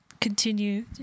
continue